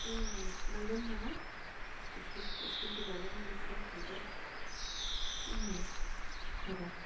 लैजाऔँ न ल एकछिन एकछिन तिनीहरूलाई पनि रिफ्रेस हुन्छ नि हजुर